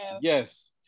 Yes